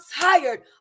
tired